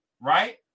right